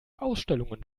ausstellungen